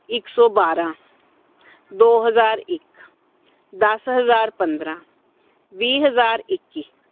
ਇੱਕ ਸੌ ਬਾਰਾਂ ਦੋ ਹਜ਼ਾਰ ਇੱਕ ਦਸ ਹਜ਼ਾਰ ਪੰਦਰਾਂ ਵੀਹ ਹਜ਼ਾਰ ਇੱਕੀ